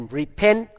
repent